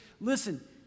listen